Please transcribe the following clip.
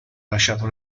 lasciato